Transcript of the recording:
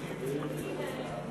אדוני היושב-ראש,